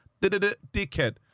dickhead